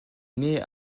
naît